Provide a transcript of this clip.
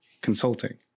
consulting